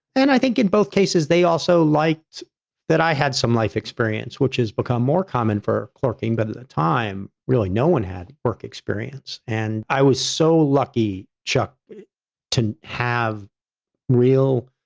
and i think in both cases, they also liked that i had some life experience, which has become more common for clerking but at the time, really, no one had work experience and i was so lucky, chuck to have real,